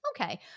Okay